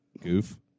Goof